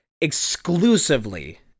exclusively